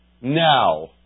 Now